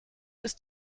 ist